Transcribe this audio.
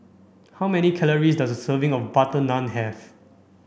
how many calories does a serving of butter naan have